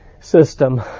system